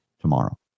tomorrow